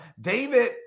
David